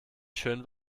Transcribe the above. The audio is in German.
schön